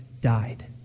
died